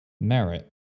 merit